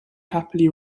happily